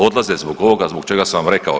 Odlaze zbog ovoga zbog čega sam vam rekao.